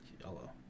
yellow